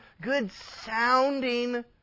good-sounding